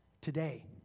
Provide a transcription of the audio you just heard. today